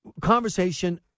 conversation